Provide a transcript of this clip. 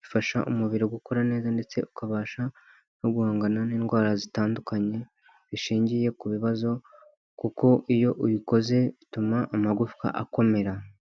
bifasha umubiri gukora neza ndetse ukabasha no guhangana n'indwara zitandukanye bishingiye ku bibazo, kuko iyo uyikoze bituma amagufwa akomera.